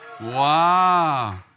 Wow